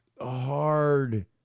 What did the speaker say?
hard